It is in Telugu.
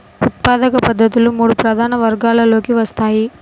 ఉత్పాదక పద్ధతులు మూడు ప్రధాన వర్గాలలోకి వస్తాయి